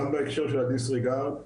גם בהקשר של הדיסרגרד,